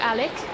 Alec